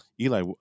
Eli